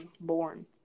born